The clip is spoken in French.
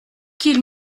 qu’il